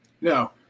No